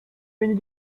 menus